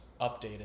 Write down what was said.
updated